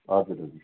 हजुर हजुर